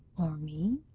or me,